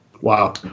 Wow